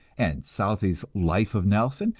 and southey's life of nelson,